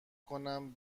کنم